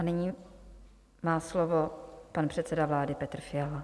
Nyní má slovo pan předseda vlády Petr Fiala.